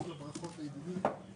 לברכות לידידי.